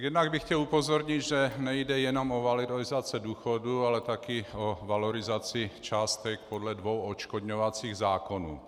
Jednak bych chtěl upozornit, že nejde jenom o valorizaci důchodů, ale také o valorizaci částek podle dvou odškodňovacích zákonů.